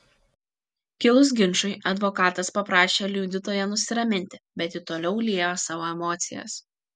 kilus ginčui advokatas paprašė liudytoją nusiraminti bet ji toliau liejo savo emocijas